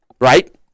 right